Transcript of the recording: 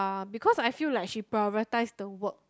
because I feel like she prioritise the work